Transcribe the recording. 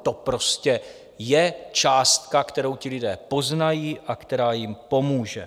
To prostě je částka, kterou ti lidé poznají a která jim pomůže.